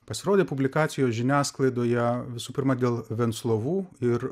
pasirodė publikacijos žiniasklaidoje visų pirma dėl venclovų ir